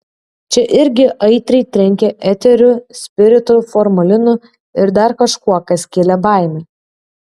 čia irgi aitriai trenkė eteriu spiritu formalinu ir dar kažkuo kas kėlė baimę